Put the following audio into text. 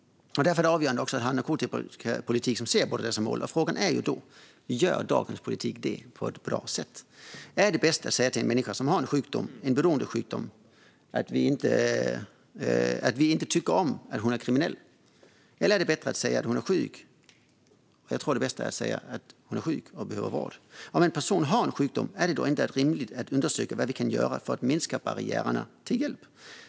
Därför är det avgörande att narkotikapolitiken ser på dessa mål. Gör dagens politik det på ett bra sätt? Är det bästa för en människa som har en beroendesjukdom att vi betraktar den människan som kriminell? Eller är det bättre att säga att hon är sjuk? Jag tror att det bästa är att säga att hon är sjuk och behöver vård. Om en person har en sjukdom, är det då inte rimligt att undersöka vad som kan göras för att minska barriärerna till hjälp?